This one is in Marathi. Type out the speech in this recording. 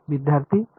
विद्यार्थी 4